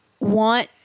Want